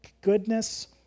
goodness